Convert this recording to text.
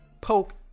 poke